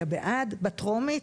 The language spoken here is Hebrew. בעד בטרומית.